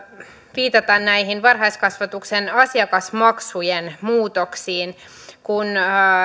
viitata näihin varhaiskasvatuksen asiakasmaksujen muutoksiin kun